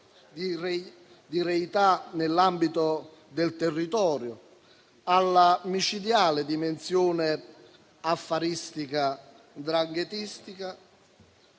di reità nell'ambito del territorio, alla micidiale dimensione affaristica 'ndranghetistica,